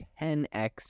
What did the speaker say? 10x